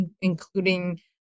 including